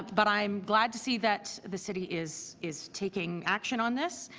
ah but i'm glad to see that the city is is taking action on this.